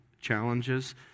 challenges